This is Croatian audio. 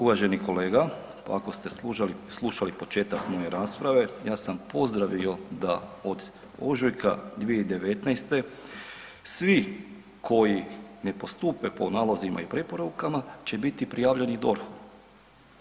Uvaženi kolega, ako ste slušali početak moje rasprave, ja sam pozdravio da od ožujka 2019. svi koji ne postupe po nalozima i preporukama će biti prijavljeni DORH-u.